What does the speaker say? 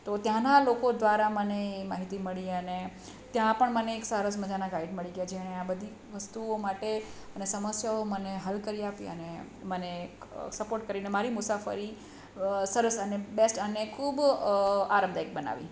તો ત્યાંના લોકો દ્વારા મને માહિતી મળી અને ત્યાં પણ મને સરસ મજાના ગાઈડ મળી ગયા જેણે આ બધી વસ્તુઓ માટે અને સમસ્યાઓ મને હલ કરી આપી અને મને એક સપોર્ટ કરીને મારી મુસાફરી સરસ અને બેસ્ટ અને ખૂબ આરામદાયક બનાવી